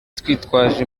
twitwaje